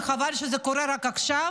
זה דרמטי, זה חשוב, וחבל שזה קורה רק עכשיו,